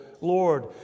Lord